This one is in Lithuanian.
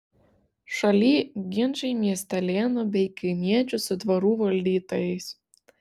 šaly ginčai miestelėnų bei kaimiečių su dvarų valdytojais